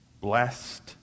Blessed